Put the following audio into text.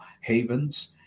havens